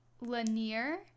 lanier